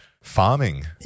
farming